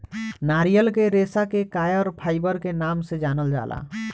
नारियल के रेशा के कॉयर फाइबर के नाम से जानल जाला